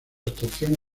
abstracción